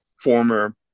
former